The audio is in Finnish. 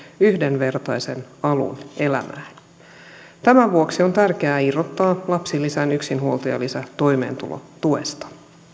yhdenvertaisen alun elämään tämän vuoksi on tärkeää irrottaa lapsilisän yksinhuoltajalisä toimeentulotuesta